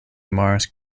mars